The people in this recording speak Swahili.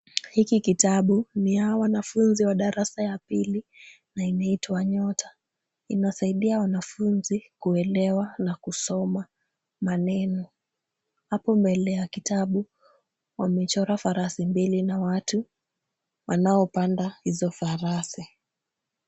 Hiki kitabu ni ya wanafunzi wa darasa ya pili na inaitwa nyota. Inasaidia wanafunzi kuelewa na kusoma maneno. Hapo mbele ya kitabu wamechora farasi mbili na watu wanaopanda hizo farasi.